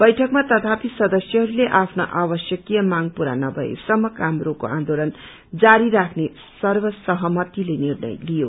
बैठकमा तथापि सदस्यहरूले आफ्नो आवश्यकीय मांग पूरा नभएसम्म काम रोको आन्दोलन जारी राख्ने सर्वसहमतिले निर्णय लिईयो